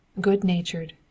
good-natured